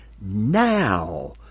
now